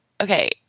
Okay